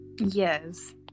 Yes